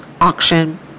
auction